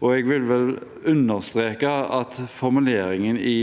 Jeg vil understreke formuleringen i